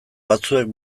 batzuek